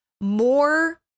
more